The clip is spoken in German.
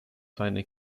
seine